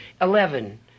Eleven